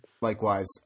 Likewise